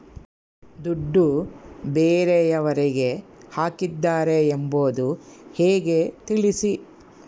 ದುಡ್ಡು ಬೇರೆಯವರಿಗೆ ಹಾಕಿದ್ದಾರೆ ಎಂಬುದು ಹೇಗೆ ತಿಳಿಸಿ?